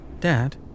Dad